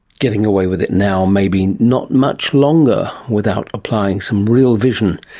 getting away with it now, maybe not much longer without applying some real vision.